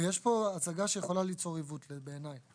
ויש פה הצגה שיכולה ליצור עיוות בעיני.